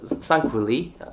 thankfully